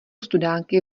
studánky